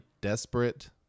desperate